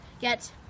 get